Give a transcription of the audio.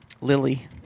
Lily